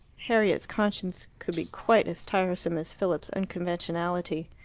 harriet's conscience could be quite as tiresome as philip's unconventionality.